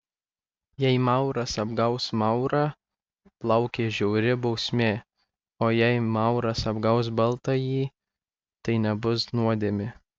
jei mauras apgaus maurą laukia žiauri bausmė o jei mauras apgaus baltąjį tai nebus nuodėmė